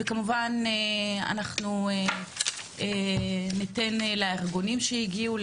וכמובן אנחנו ניתן לארגונים שהגיעו,